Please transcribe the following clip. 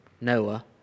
Noah